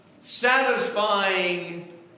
satisfying